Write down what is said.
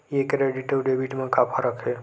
ये क्रेडिट आऊ डेबिट मा का फरक है?